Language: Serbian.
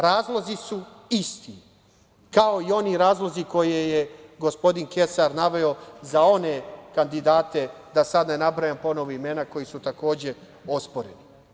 Razlozi su isti, kao i oni razlozi koje je gospodin Kesar naveo za one kandidate, da ne nabrajam ponovo imena, koji su takođe, osporeni.